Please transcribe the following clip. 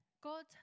God